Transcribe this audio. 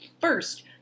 first